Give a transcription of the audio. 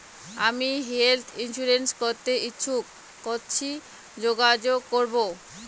আমি health insurance করতে ইচ্ছুক কথসি যোগাযোগ করবো?